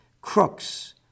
crooks